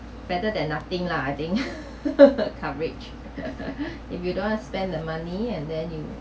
better than nothing lah I think coverage if you don't want to spend the money and then you